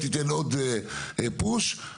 וזה דווקא המקום הכי מתבקש לדירה להשכיר.